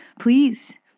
please